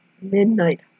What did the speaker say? Midnight